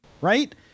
right